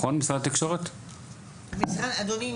אדוני,